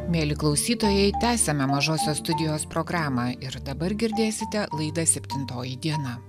mieli klausytojai tęsiame mažosios studijos programą ir dabar girdėsite laidą septintoji diena